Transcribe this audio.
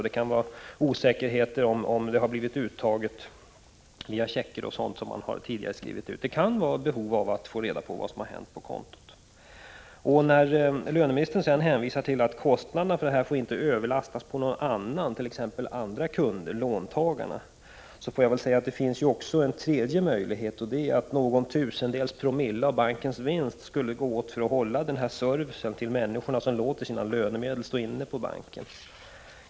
Det kan vara krångel i bankomater eller föreligga osäkerhet om huruvida pengar har tagits ut via checker som tidigare har skrivits ut. Man kan ha behov av att få reda på vad som har hänt på kontot. Löneministern hänvisar till att kostnaderna för bankernas tjänster inte får lastas över på andra kunder, t.ex. låntagarna. Men det finns också en tredje möjlighet: någon tusendels promille av bankens vinst skulle kunna användas för att banken skall ge denna service till de människor som låter sina lönemedel stå inne på banken.